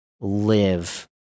live